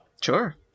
Sure